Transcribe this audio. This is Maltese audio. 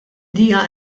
hija